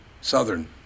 Southern